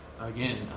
Again